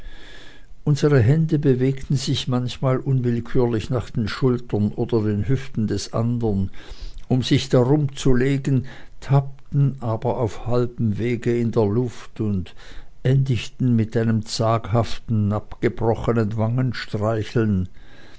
unsere hände bewegten sich manchmal unwillkürlich nach den schultern oder den hüften des andern um sich darumzulegen tappten aber auf halbem wege in der luft und endigten mit einem zaghaften abgebrochenen